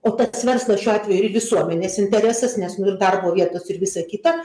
o pats verslas šiuo atveju ir visuomenės interesas nes darbo vietos ir visa kita